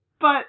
but-